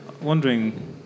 wondering